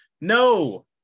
No